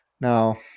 Now